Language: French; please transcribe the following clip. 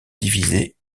divisé